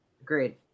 Agreed